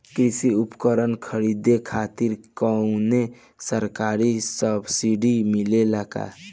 कृषी उपकरण खरीदे खातिर कउनो सरकारी सब्सीडी मिलेला की?